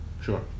Sure